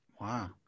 Wow